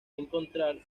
encontrar